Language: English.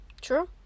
True